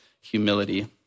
humility